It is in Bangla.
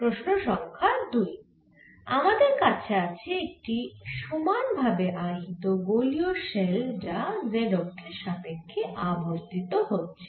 প্রশ্ন সংখ্যা দুই আমাদের কাছে আছে একটি সমান ভাবে আহিত গোলীয় শেল যা z অক্ষের সাপেক্ষে আবর্তিত হচ্ছে